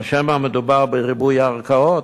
או שמא מדובר בריבוי ערכאות,